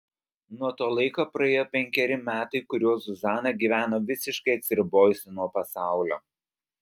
nuo to laiko praėjo penkeri metai kuriuos zuzana gyveno visiškai atsiribojusi nuo pasaulio